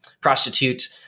prostitute